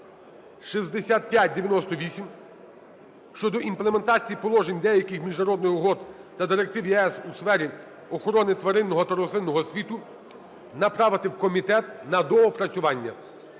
6598 (щодо імплементації положень деяких міжнародних угод та директив ЄС у сфері охорони тваринного та рослинного світу) направити в комітет на доопрацювання.